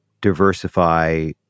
diversify